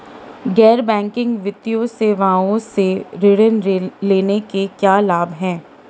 गैर बैंकिंग वित्तीय सेवाओं से ऋण लेने के क्या लाभ हैं?